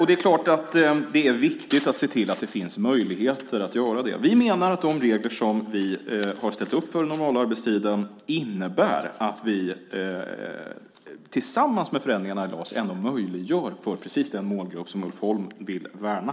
Det är klart att det är viktigt att se till att det finns möjligheter till säsongsanställningar. Vi menar att de regler som vi har ställt upp för normalarbetstiden tillsammans med förändringarna i LAS möjliggör detta för precis den målgrupp som Ulf Holm vill värna.